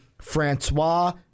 Francois